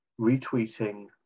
retweeting